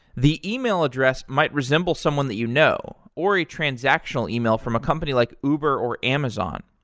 the email address might resemble someone that you know, or a transactional email from a company like uber, or amazon.